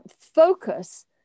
focus